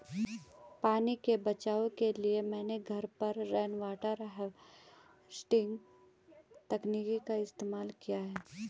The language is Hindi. पानी के बचाव के लिए मैंने घर पर रेनवाटर हार्वेस्टिंग तकनीक का इस्तेमाल किया है